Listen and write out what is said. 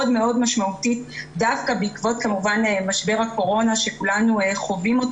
מאוד משמעותית דווקא בעקבות משבר הקורונה שכולנו חווים.